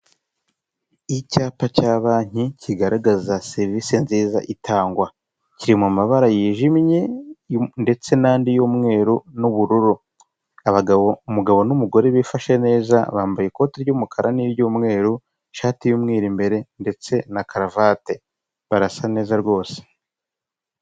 Icyapa cya banki kigaragaza serivise nziza itangwa. Kiri mumabara yijimye, ndetse n'andi y'umweru n'ubururu. Abagabo, umugabo n'umugore bifashe neza bambaye ikoti ry'umukara n'iry'umweru, ishati y'umweru imbere ndetse na karavate, barasa neza rwose.